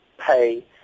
pay